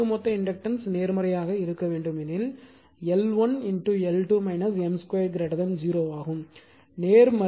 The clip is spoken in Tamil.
மற்றும் ஒட்டுமொத்த இண்டக்டன்ஸ் நேர்மறையாக இருக்க வேண்டும் எனில் L1L2 M 2 0